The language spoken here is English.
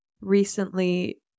recently –